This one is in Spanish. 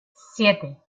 siete